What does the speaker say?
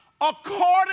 according